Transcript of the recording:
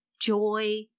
joy